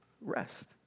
rest